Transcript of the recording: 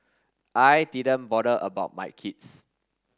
I didn't bother about my kids